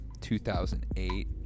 2008